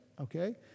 Okay